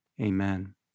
Amen